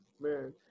man